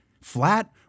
Flat